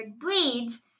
breeds